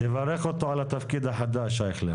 תברך אותו על התפקיד החדש, אייכלר.